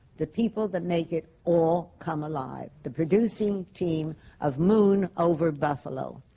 the people that make it all come alive, the producing team of moon over buffalo.